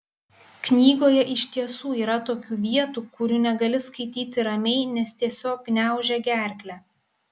knygoje iš tiesų yra tokių vietų kurių negali skaityti ramiai nes tiesiog gniaužia gerklę